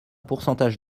pourcentage